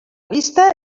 vista